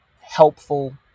helpful